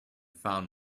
found